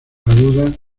aguda